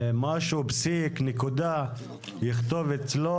פסיק או נקודה יכתוב אצלו.